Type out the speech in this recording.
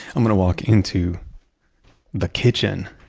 i'm going to walk into the kitchen